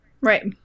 Right